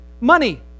Money